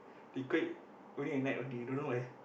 they play only at night only don't know why